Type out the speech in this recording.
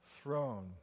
throne